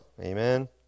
amen